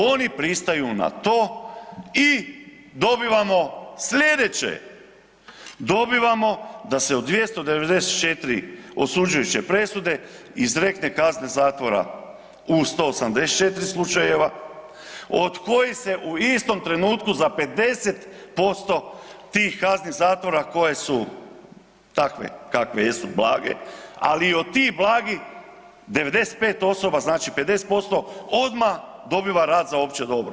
Oni pristaju na to i dobivamo slijedeće, dobivamo da se od 294 osuđujuće presude izreknu kazne zatvora u 184 slučajeva od kojih se u istom trenutku za 50% tih kazni zatvora koje su takve kakve jesu blage, ali od tih blagih 95 osoba znači 50% odmah dobiva rad za opće dobro.